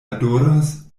adoras